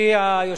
חברי כנסת,